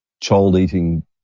child-eating